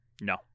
No